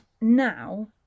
now